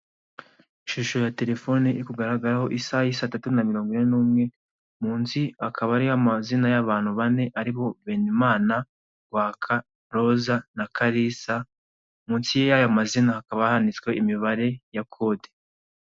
Ishusho ya telefoni iri kugaragaraho isaha y'i saa tatu na mirongo ine n'umwe, munsi hakaba hariho amazina y'abantu bane, ari bo: Benimana, Rwaka, Roza na Kalisa, munsi y'aya mazina hakaba handitswe imibare ya kode.